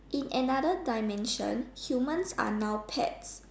in another dimension humans are now pets